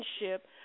relationship